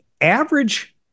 average